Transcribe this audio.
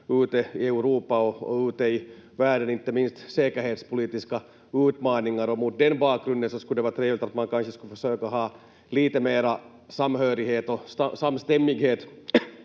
ute i Europa och ute i världen, inte minst säkerhetspolitiska utmaningar. Mot den bakgrunden skulle det vara trevligt att man kanske skulle försöka ha lite mera samhörighet och samstämmighet